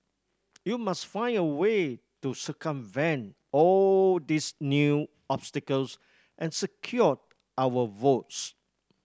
you must find a way to circumvent all these new obstacles and secure our votes